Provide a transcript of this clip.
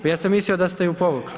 Pa ja sam mislio da ste ju povukli.